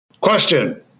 Question